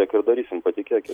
tiek ir darysim patikėkit